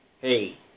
hey